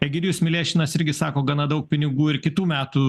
egidijus milešnas irgi sako gana daug pinigų ir kitų metų